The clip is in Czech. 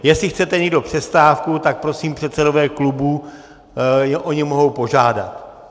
Jestli chcete někdo přestávku, tak prosím, předsedové klubů o ni mohou požádat.